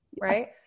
right